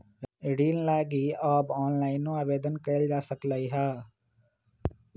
ऋण लागी अब ऑनलाइनो आवेदन कएल जा सकलई ह